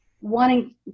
wanting